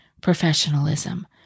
professionalism